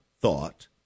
thought